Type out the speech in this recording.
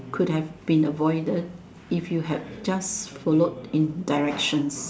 could have been avoided if you have just followed in directions